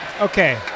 Okay